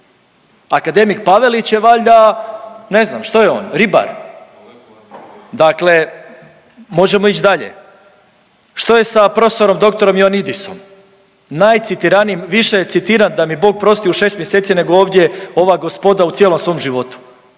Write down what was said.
Akademik Pavelić je valjda, ne znam, što je on, ribar, dakle možemo ić dalje. Što je sa prof. dr. Ioannidisom? Najcitiranijim, više je citiran da mi Bog prosti u 6 mjeseci nego ovdje ova gospoda u cijelom svom životu,